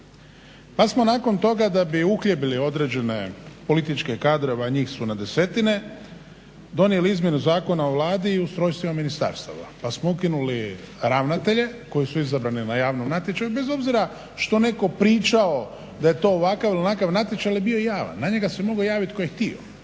Pa smo nakon toga da bi uhljebili određene političke kadrove a njih su na desetine donijeli izmjeni Zakona o Vladi i ustrojstvima ministarstava, pa smo ukinuli ravnatelje koji su izabrani na javnom natječaju. Bez obzira što netko pričao da je to ovakav ili onakav natječaj ali je bio javan na njega se mogao javiti tko je htio.